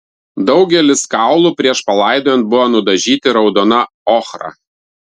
daugelis kaulų prieš palaidojant buvo nudažyti raudona ochra